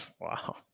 Wow